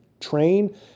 train